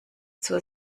zur